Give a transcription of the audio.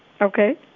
Okay